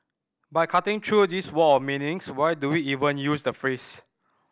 but cutting through this wall of meanings why do we even use the phrase